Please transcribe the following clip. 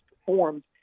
performed